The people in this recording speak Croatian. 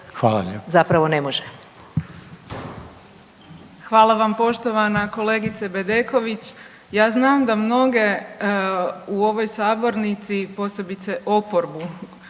**Burić, Majda (HDZ)** Hvala vam poštovana kolegice Bedeković. Ja znam da mnoge u ovoj sabornici, posebice oporbu